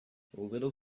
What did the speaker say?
little